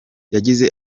yagize